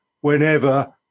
whenever